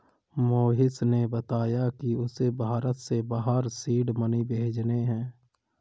मोहिश ने बताया कि उसे भारत से बाहर सीड मनी भेजने हैं